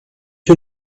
you